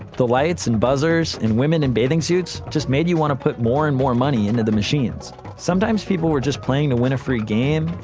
the lights and buzzers and women in bathing suits just made you want to put more and more money into the machines. sometimes people were just playing to win a free game.